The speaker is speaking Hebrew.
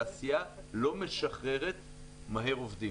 תעשייה לא משחררת מהר עובדים.